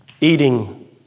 eating